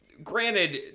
Granted